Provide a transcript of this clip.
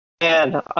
man